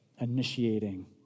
initiating